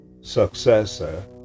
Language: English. successor